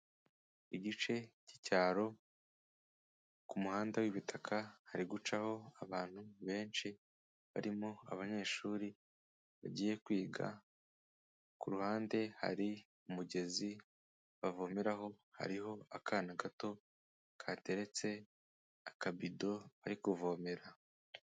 Igice cy'icyaro ku muhanda w'ibitaka hari gucaho abantu benshi barimo abanyeshuri bagiye kwiga, ku ruhande hari umugezi bavomeraho, hariho akana gato kateretse akabido bari kuvomera.